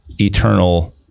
eternal